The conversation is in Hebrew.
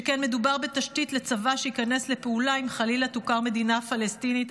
שכן מדובר בתשתית לצבא שייכנס לפעולה אם חלילה תוכר מדינה פלסטינית,